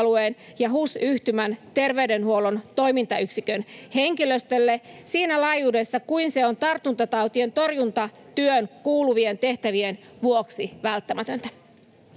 ja HUS-yhtymän terveydenhuollon toimintayksikön henkilöstölle siinä laajuudessa kuin se on tartuntatautien torjuntatyöhön kuuluvien tehtävien vuoksi välttämätöntä